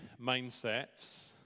mindsets